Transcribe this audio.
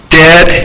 dead